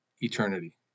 eternity